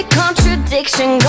contradiction